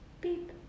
Beep